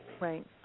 Right